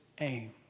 aim